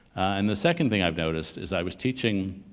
and the second thing i've noticed is i was teaching